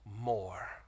more